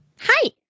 Hi